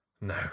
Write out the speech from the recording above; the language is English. No